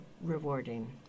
rewarding